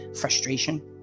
frustration